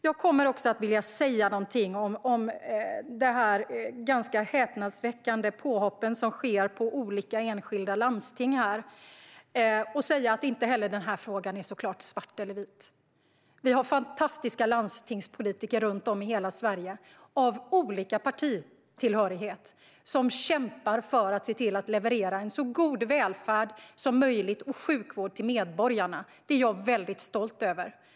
Jag kommer också att vilja säga någonting om de ganska häpnadsväckande påhopp som här sker på olika enskilda landsting. Inte heller denna fråga är såklart svart eller vit. Vi har fantastiska landstingspolitiker av olika partitillhörighet runt om i hela Sverige som kämpar för att se till att leverera en så god välfärd och sjukvård som möjligt till medborgarna. Det är jag mycket stolt över.